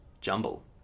Jumble